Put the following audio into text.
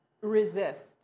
resist